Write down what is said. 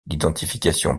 l’identification